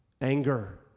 anger